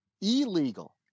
illegal